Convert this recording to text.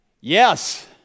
Yes